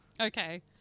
Okay